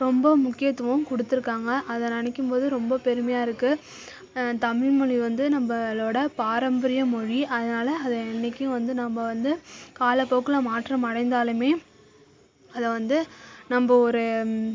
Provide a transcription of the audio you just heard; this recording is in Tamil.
ரொம்ப முக்கியத்துவம் கொடுத்துருக்காங்க அதை நினைக்கும்போது ரொம்ப பெருமையாக இருக்கு தமிழ்மொழி வந்து நம்பளோடய பாரம்பரிய மொழி அதனால் அதை என்றைக்கும் வந்து நம்ம வந்து காலப்போக்கில் மாற்றம் அடைந்தாலுமே அதை வந்து நம்ப ஒரு